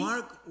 Mark